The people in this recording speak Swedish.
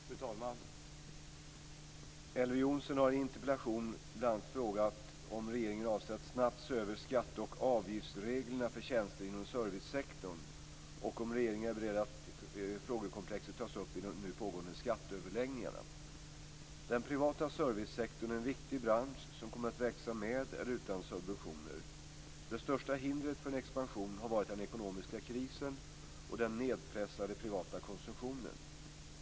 Fru talman! Elver Jonsson har i en interpellation bl.a. frågat om regeringen avser att snabbt se över skatte och avgiftsreglerna för tjänster inom servicesektorn och om regeringen är beredd att frågekomplexet tas upp i de nu pågående skatteöverläggningarna. Den privata servicesektorn är en viktig bransch som kommer att växa med eller utan subventioner. Det största hindret för en expansion har varit den ekonomiska krisen och den nedpressade privata konsumtionen.